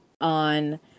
on